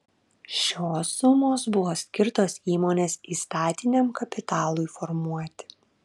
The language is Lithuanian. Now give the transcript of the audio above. šios sumos buvo skirtos įmonės įstatiniam kapitalui formuoti